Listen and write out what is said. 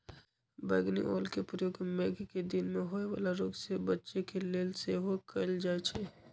बइगनि ओलके प्रयोग मेघकें दिन में होय वला रोग से बच्चे के लेल सेहो कएल जाइ छइ